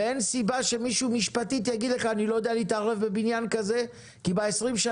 ואין סיבה שמישהו משפטית יגיד לך: אני לא יודע להתערב בבניין כזה,